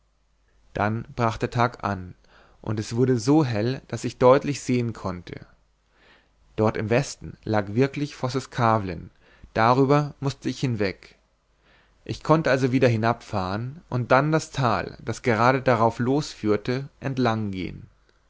dann brach der tag an und es wurde so hell daß ich deutlich sehen konnte dort im westen lag wirklich vosseskavlen darüber mußte ich hinweg ich konnte also wieder hinabfahren und dann das tal das gerade darauflos führte entlang gehen